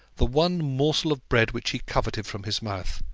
the one morsel of bread which he coveted from his mouth,